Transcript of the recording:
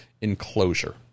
enclosure